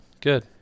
Good